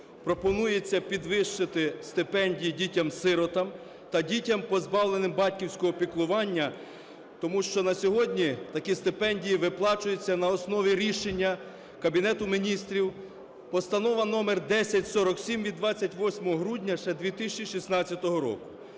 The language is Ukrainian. пропонується підвищити стипендії дітям-сиротам та дітям, позбавленим батьківського піклування, тому що на сьогодні такі стипендії виплачуються на основі рішення Кабінету Міністрів: Постанова № 1047 від 28 грудня ще 2106 року.